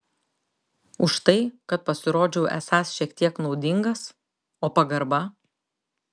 už tai kad pasirodžiau esąs šiek tiek naudingas o pagarba